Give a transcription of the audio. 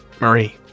Marie